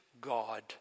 God